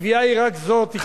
היא קביעה עקרונית שמי שינהל,